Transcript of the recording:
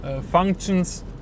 functions